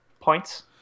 points